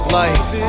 life